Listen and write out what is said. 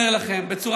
אני אומר לכם: רבותיי,